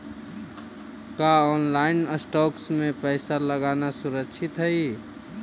का online stocks में पैसा लगाना सुरक्षित हई